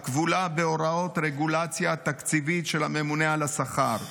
הכבולה בהוראות רגולציה תקציבית של הממונה על השכר.